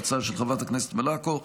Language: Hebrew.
ההצעה של חברת הכנסת מלקו,